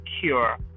cure